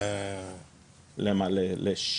לאן?